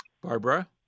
Barbara